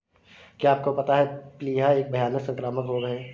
क्या आपको पता है प्लीहा एक भयानक संक्रामक रोग है?